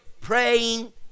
praying